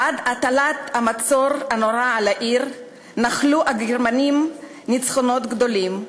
עד הטלת המצור הנורא על העיר נחלו הגרמנים ניצחונות גדולים.